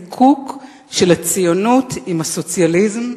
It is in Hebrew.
תוצאת הזיקוק של הציונות עם הסוציאליזם,